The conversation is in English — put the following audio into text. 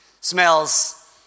smells